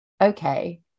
okay